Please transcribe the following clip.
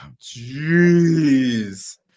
Jeez